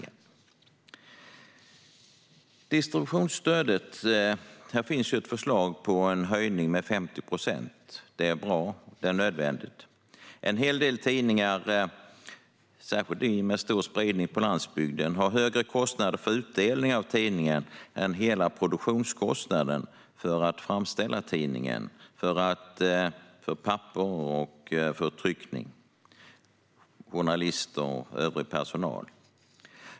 Vad gäller distributionsstödet finns ett förslag om en höjning med 50 procent. Det är bra och nödvändigt. En hel del tidningar, särskilt de med stor spridning på landsbygden, har kostnader för utdelningen av tidningen som är högre än hela produktionskostnaden för att framställa tidningen, alltså för papper, tryckning, journalister och övrig personal.